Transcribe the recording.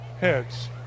Heads